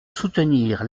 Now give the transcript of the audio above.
soutenir